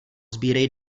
sbírej